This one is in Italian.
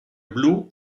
blu